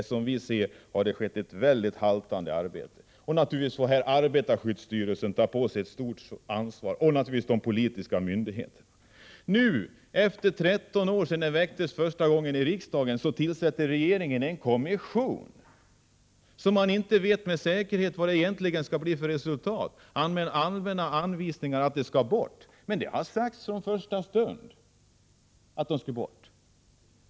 Som vi ser det är det ett mycket haltande arbete som bedrivits i detta avseende, och för detta får arbetarskyddsstyrelsen och de politiska instanserna ta på sig ett stort ansvar. Nu, 13 år efter det att förbudskravet första gången väcktes i riksdagen, tillsätter regeringen en kommission, vars resultatinriktning man inte med säkerhet vet någonting om annat än att den har allmänna anvisningar om att asbesten skall bort. Men det har ju sedan länge uttalats att den skall bort.